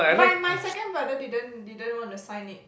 my my second brother didn't didn't want to sign it